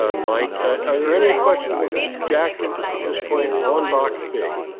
ah like ah are there any questions of mr. jackson at this point on box b?